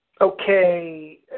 Okay